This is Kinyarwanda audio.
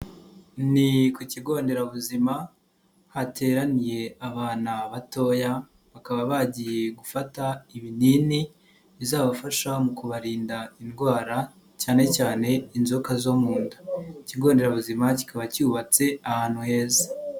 Ni ku kigo nderabuzima hateraniye abana batoya bakaba bagiye gufata ibinini bizabafasha mu kubarinda indwara cyane cyane inzoka zo mu nda, ikigo nderabuzima kikaba cyubatse ahantu heza.